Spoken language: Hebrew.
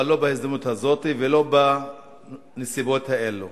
אבל לא בהזדמנות הזאת ולא בנסיבות האלה.